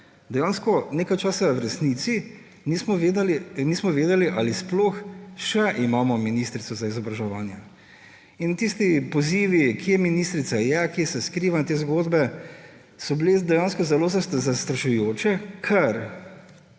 nekaj časa v resnici nismo vedeli, ali sploh še imamo ministrico za izobraževanje. In tisti pozivi, kje ministrica je, kje se skriva in te zgodbe, so bili dejansko zelo zastrašujoči,